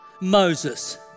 Moses